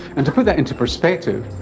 and to put that into perspective,